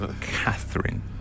Catherine